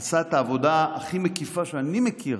הוא עשה את העבודה הכי מקיפה שאני מכיר